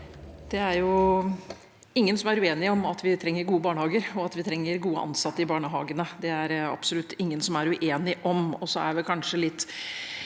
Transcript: Det er ingen som er uenige om at vi trenger gode barnehager, og at vi trenger gode ansatte i barnehagene. Det er det absolutt ingen som er uenige om. Litt av dynamikken